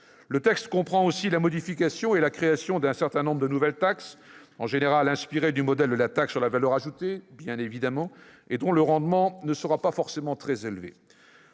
Le texte comprend aussi la modification et la création d'un certain nombre de nouvelles taxes, en général inspirées du modèle de la taxe sur la valeur ajoutée- bien évidemment !-, et dont le rendement ne sera pas forcément très élevé.